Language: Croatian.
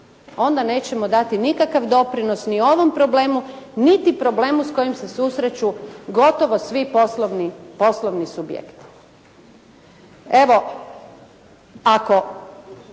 onda nećemo dati nikakav doprinos ni ovom problemu niti problemu s kojim se susreću gotovo svi poslovni subjekti. Evo ako